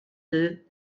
deux